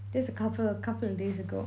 this is a couple a couple of days ago